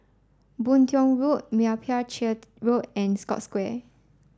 Boon Tiong Road Meyappa Chettiar Road and Scotts Square